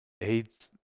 AIDS